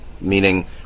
meaning